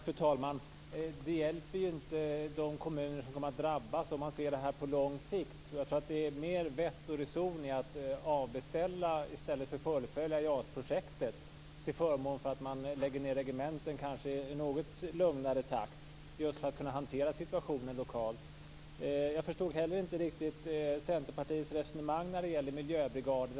Fru talman! Det hjälper ju inte de kommuner som kommer att drabbas om man ser det här på lång sikt. Jag tror att det är mer vett och reson i att avbeställa än i att fullfölja JAS-projektet och i stället lägga ned regementen i något lugnare takt - just för att kunna hantera situationen lokalt. Jag förstod inte heller riktigt Centerpartiets resonemang när det gäller miljöbrigader.